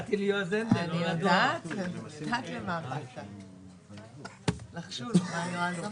תעריף החשמל נקבע על-ידי רשות החשמל.